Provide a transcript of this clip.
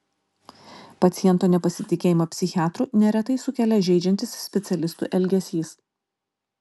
paciento nepasitikėjimą psichiatru neretai sukelia žeidžiantis specialistų elgesys